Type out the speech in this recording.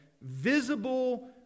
Visible